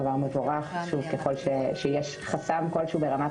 דבר מבורך ושוב ככל שיש חסם כלשהו ברמת